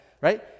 right